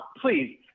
please